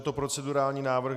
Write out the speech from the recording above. Je to procedurální návrh.